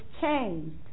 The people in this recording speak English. changed